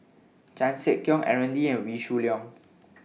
Chan Sek Keong Aaron Lee and Wee Shoo Leong